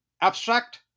Abstract